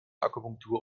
akupunktur